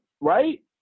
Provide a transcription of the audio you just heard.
right